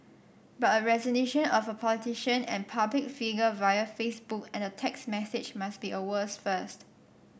but a resignation of a politician and public figure via Facebook and a text message must be a world's first